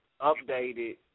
updated